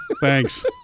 thanks